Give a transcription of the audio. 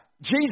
Jesus